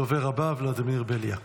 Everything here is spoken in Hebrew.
הדובר הבא, ולדימיר בליאק.